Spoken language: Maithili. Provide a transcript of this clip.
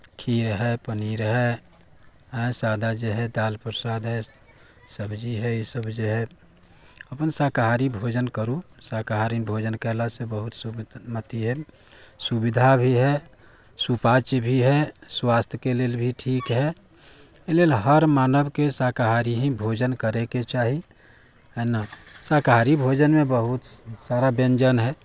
खीर हइ पनीर हइ सादा जे हइ दालि प्रसाद हइ सब्जी हइ ई सब जे हइ अपन शाकाहारी भोजन करू शाकाहारी भोजन कयलासँ बहुत शुभ अथी हइ सुविधा भी हइ सुपाच्य भी हइ स्वास्थ्यके लेल भी ठीक हइ एहि लेल हर मानवके शाकाहारी ही भोजन करैके चाही है ने शाकाहारी भोजनमे बहुत सारा व्यञ्जन हइ